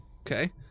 Okay